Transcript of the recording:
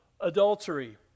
adultery